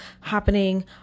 happening